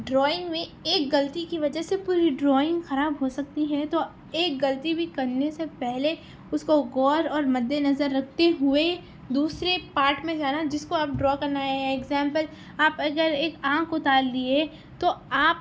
drawing میں ایک غَلَطی کی وجہ سے پوری ڈرائنگ خراب ہو سکتی ہے تو ایک غلطی بھی کرنے سے پہلے اُس کو غور اور مدّ ِنظر رکھتے ہوئے دوسرے پارٹ میں جو ہے نا جس کو آپ ڈرا کرنا ہے یا اکزامپل آپ اگر ایک آنکھ اتار لیے تو آپ